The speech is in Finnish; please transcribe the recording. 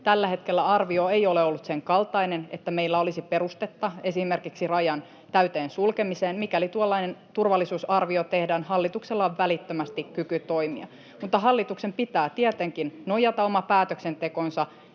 Tällä hetkellä arvio ei ole ollut senkaltainen, että meillä olisi perustetta esimerkiksi rajan täyteen sulkemiseen. Mikäli tuollainen turvallisuusarvio tehdään, hallituksella on välittömästi kyky toimia, mutta hallituksen pitää tietenkin nojata oma päätöksentekonsa